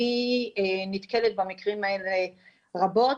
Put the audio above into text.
אני נתקלת במקרים האלה רבות,